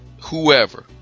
whoever